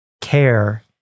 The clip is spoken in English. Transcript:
care